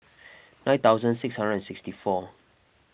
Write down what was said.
nine thousand six hundred and sixtyfour